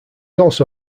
also